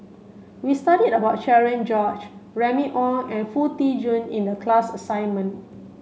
we studied about Cherian George Remy Ong and Foo Tee Jun in the class assignment